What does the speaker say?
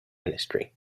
ministry